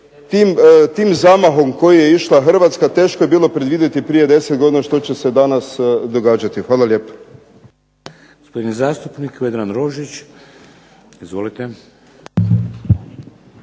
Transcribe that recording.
tim zamahom kojim je išla Hrvatska teško je bilo predvidjeti prije 10 godina što će se danas događati. Hvala lijepo.